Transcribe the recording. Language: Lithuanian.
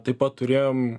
taip pat turėjom